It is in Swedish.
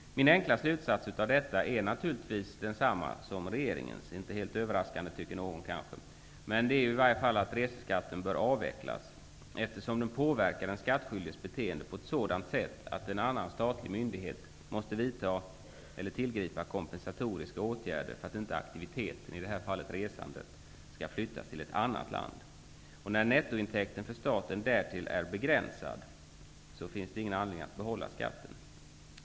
Min enkla slutsats av detta är naturligtvis -- inte helt överraskande, tycker kanske någon -- densamma som regeringens, nämligen att reseskatten bör avvecklas, eftersom den påverkar den skattskyldiges beteende på ett sådant sätt att en annan statlig myndighet måste tillgripa kompensatoriska åtgärder för att inte aktiviteten, i det här fallet resandet, skall flyttas till ett annat land. När nettointäkten för staten därtill är begränsad finns det ingen anledning att behålla skatten.